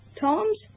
Tom's